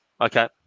Okay